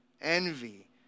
envy